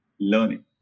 learning